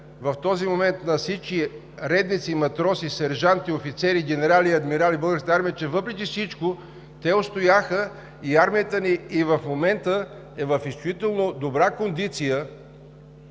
въпреки всичко те устояха и армията ни и в момента е в изключително добра кондиция